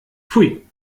pfui